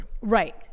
Right